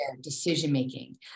decision-making